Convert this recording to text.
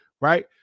right